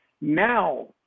Now